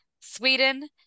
Sweden